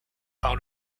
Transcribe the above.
par